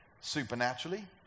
supernaturally